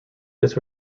this